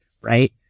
right